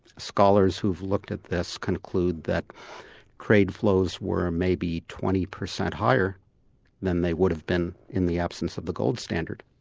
scholars who've looked at this conclude that trade flows were maybe twenty percent higher than they would have been in the absence of the gold standard.